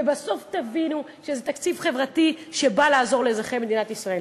ובסוף תבינו שזה תקציב חברתי שבא לעזור לאזרחי מדינת ישראל.